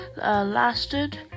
lasted